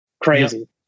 crazy